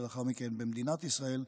ולאחר מכן במדינת ישראל,